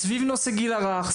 סביב הגיל הרך,